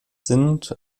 sind